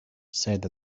said